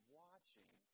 watching